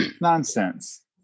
Nonsense